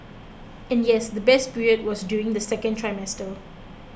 and yes the best period was during the second trimester